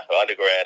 undergrad